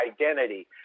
identity